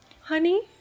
Honey